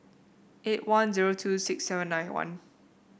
eight one zero two six seven nine one